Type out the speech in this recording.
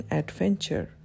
adventure